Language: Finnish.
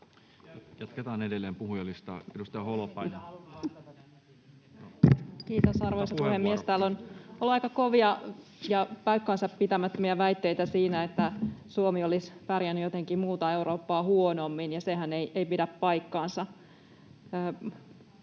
16 ja 22 §:n muuttamisesta Time: 15:21 Content: Kiitos, arvoisa puhemies! Täällä on ollut aika kovia ja paikkaansa pitämättömiä väitteitä siinä, että Suomi olisi pärjännyt jotenkin muuta Eurooppaa huonommin, ja sehän ei pidä paikkaansa.